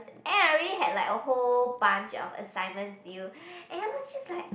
and I already had like a whole bunch of assignments due and I was just like